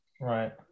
Right